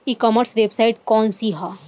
ई commerce website कौन सी है?